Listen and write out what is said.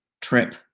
trip